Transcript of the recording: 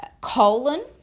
colon